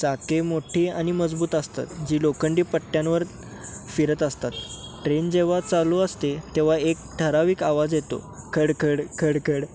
चाके मोठी आणि मजबूत असतात जी लोखंडी पट्ट्यांवर फिरत असतात ट्रेन जेव्हा चालू असते तेव्हा एक ठराविक आवाज येतो खड खड खड खड